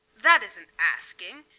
that isnt asking.